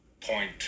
point